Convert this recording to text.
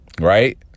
Right